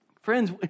Friends